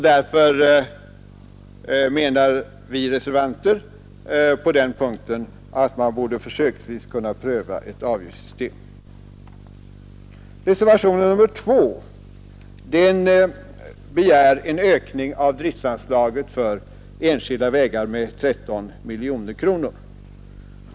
Därför menar vi reservanter att man försöksvis borde kunna pröva ett avgiftssystem. Jag yrkar bifall till reservationen 3. I reservationen 2 begäres en ökning av driftanslaget för enskilda vägar med 13 miljoner kronor.